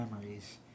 memories